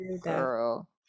girl